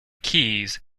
keys